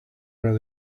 where